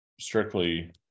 strictly